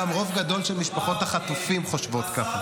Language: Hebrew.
רוב גדול של משפחות החטופים חושבות כך.